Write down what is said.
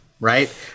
right